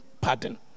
pardon